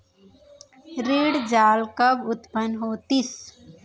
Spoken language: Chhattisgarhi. ऋण जाल कब उत्पन्न होतिस?